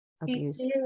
abuse